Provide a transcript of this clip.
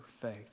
faith